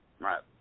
Right